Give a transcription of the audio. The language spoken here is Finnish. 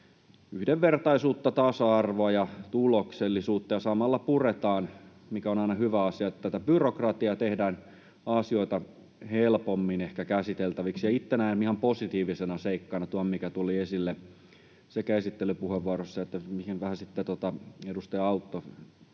yhdenvertaisuutta, tasa-arvoa ja tuloksellisuutta ja samalla puretaan, mikä on aina hyvä asia, byrokratiaa ja ehkä tehdään asioita helpommin käsiteltäviksi. Itse näen ihan positiivisena seikkana tuon, mikä tuli esille sekä esittelypuheenvuorossa että mihin vähän edustaja Autto